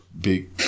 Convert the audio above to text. big